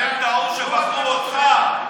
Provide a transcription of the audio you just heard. זאת טעות שבחרו אותך,